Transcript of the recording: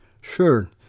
Sure